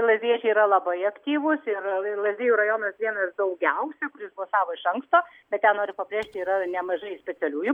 lazdijiečiai yra labai aktyvūs ir lazdijų rajonas vienas daugiausia kuris balsavo iš anksto bet tai noriu pabrėžti yra nemažai specialiųjų